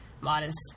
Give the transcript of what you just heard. modest